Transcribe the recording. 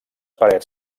parets